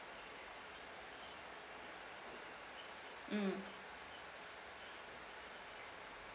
mm